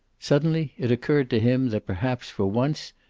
suddenly it occurred to him that perhaps, for once,